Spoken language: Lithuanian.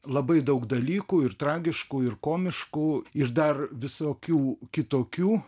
labai daug dalykų ir tragiškų ir komiškų ir dar visokių kitokių